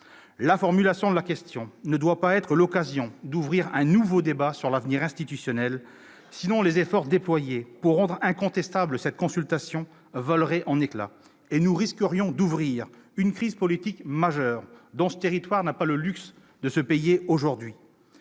La formulation de la question ne doit pas être l'occasion d'ouvrir un nouveau débat sur l'avenir institutionnel, sinon les efforts déployés pour rendre incontestable cette consultation voleraient en éclats, et nous risquerions d'ouvrir une crise politique majeure que ce territoire n'a pas le luxe de s'offrir aujourd'hui.